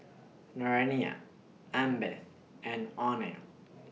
Naraina Amitabh and Anil